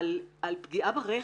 על פגיעה ברחם,